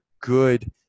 good